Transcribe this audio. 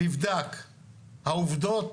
נבדק, העובדות,